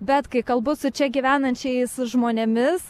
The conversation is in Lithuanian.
bet kai kalbu su čia gyvenančiais žmonėmis